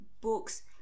books